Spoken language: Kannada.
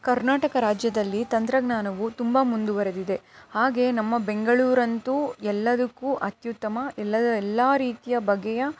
ಕರ್ನಾಟಕ ರಾಜ್ಯದಲ್ಲಿ ತಂತ್ರಜ್ಞಾನವು ತುಂಬ ಮುಂದುವರೆದಿದೆ ಹಾಗೇ ನಮ್ಮ ಬೆಂಗಳೂರಂತೂ ಎಲ್ಲದಕ್ಕೂ ಅತ್ಯುತ್ತಮ ಎಲ್ಲ ಎಲ್ಲ ರೀತಿಯ ಬಗೆಯ